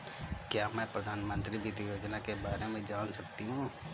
क्या मैं प्रधानमंत्री वित्त योजना के बारे में जान सकती हूँ?